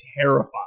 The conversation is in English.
terrified